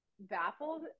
baffled